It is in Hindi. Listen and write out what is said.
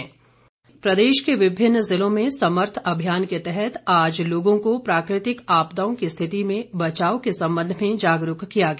अभियान प्रदेश के विभिन्न जिलों में समर्थ अभियान के तहत आज लोगों को प्राकृतिक आपदाओं की रिथति में बचाव के संबंध में जागरूक किया गया